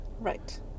Right